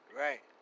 right